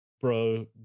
bro